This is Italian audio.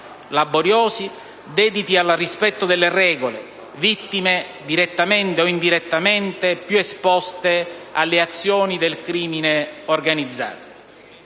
laboriosi, dediti al rispetto delle regole, vittime - direttamente o indirettamente - più esposte alle azioni del crimine organizzato.